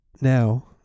now